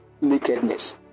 nakedness